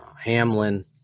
hamlin